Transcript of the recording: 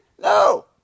No